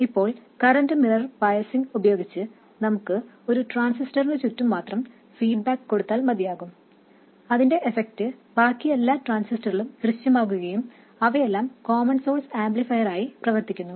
ഇപ്പോൾ current mirror biasing ഉപയോഗിച്ച് നമുക്ക് ഒരു ട്രാൻസിസ്റ്ററിനു ചുറ്റും മാത്രം ഫീഡ്ബാക്ക് കൊടുത്താൽ മതിയാകും അതിന്റെ എഫെക്ട് ബാക്കി എല്ലാ ട്രാൻസിസ്റ്ററിലും ദൃശ്യമാകുകയും അവയെല്ലാം കോമൺ സോഴ്സ് ആംപ്ലിഫയറായി പ്രവർത്തിക്കുന്നു